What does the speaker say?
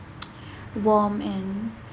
warm and